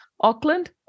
Auckland